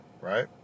right